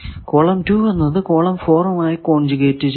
column 2 എന്നത് column 4 ആയി conjugate ചെയ്യുന്നു